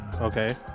okay